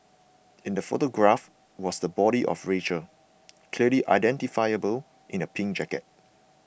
in the photograph was the body of Rachel clearly identifiable in a pink jacket